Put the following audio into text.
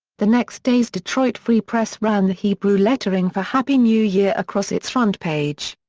the next day's detroit free press ran the hebrew lettering for happy new year across its front page.